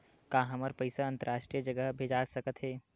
का हमर पईसा अंतरराष्ट्रीय जगह भेजा सकत हे?